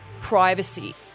privacy